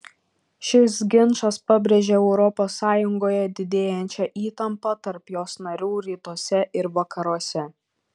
šis ginčas pabrėžė europos sąjungoje didėjančią įtampą tarp jos narių rytuose ir vakaruose